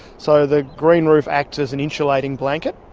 so the green roof acts as an insulating blanket.